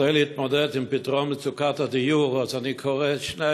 כדי להתמודד עם מצוקת הדיור, אני קורא על שתי